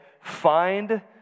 find